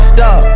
Stop